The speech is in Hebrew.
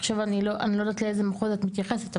עכשיו אני לא יודעת לאיזה מחוז את מתייחסת,